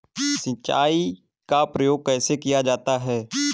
सिंचाई का प्रयोग कैसे किया जाता है?